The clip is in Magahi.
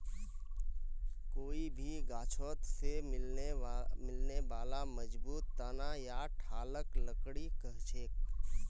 कोई भी गाछोत से मिलने बाला मजबूत तना या ठालक लकड़ी कहछेक